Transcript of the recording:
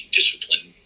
discipline